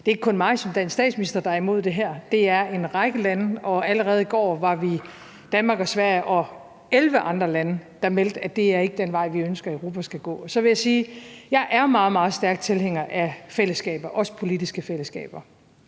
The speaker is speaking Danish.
det er ikke kun mig som dansk statsminister, der er imod det her. Det er en række lande også, og så sent som i går var vi flere, Danmark, Sverige og 11 andre lande, der meldte ud, at det ikke er den vej, vi ønsker Europa skal gå. Så vil jeg sige: Jeg er meget, meget stærk tilhænger af fællesskaber, også politiske fællesskaber.